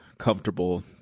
comfortable